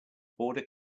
border